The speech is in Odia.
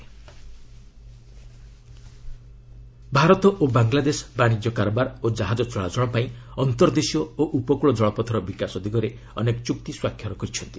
ଶିପିଙ୍ଗ୍ ୱାଟର୍ ୱେକ୍ ଭାରତ ଓ ବାଙ୍ଗ୍ଲାଦେଶ ବାଣିଜ୍ୟ କାରବାର ଓ ଜାହାଜ ଚଳାଚଳ ପାଇଁ ଅନ୍ତର୍ଦେଶୀୟ ଓ ଉପକୂଳ ଜଳପଥର ବିକାଶ ଦିଗରେ ଅନେକ ଚୁକ୍ତି ସ୍ୱାକ୍ଷର କରିଛନ୍ତି